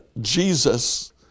Jesus